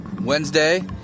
Wednesday